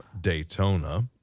Daytona